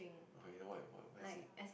okay you know what what is it